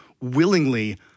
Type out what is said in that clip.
willingly